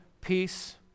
peace